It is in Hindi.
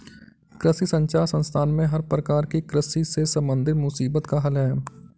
कृषि संचार संस्थान में हर प्रकार की कृषि से संबंधित मुसीबत का हल है